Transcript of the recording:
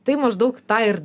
tai maždaug tą ir